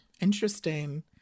Interesting